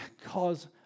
cause